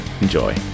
Enjoy